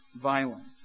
violence